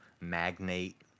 magnate